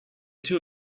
too